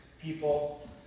people